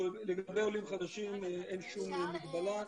אין שום מגבלה.